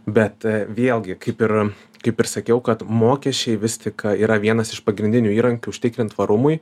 bet vėlgi kaip ir kaip ir sakiau kad mokesčiai vis tik yra vienas iš pagrindinių įrankių užtikrint tvarumui